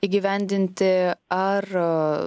įgyvendinti ar